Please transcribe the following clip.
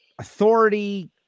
authority